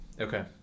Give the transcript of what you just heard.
Okay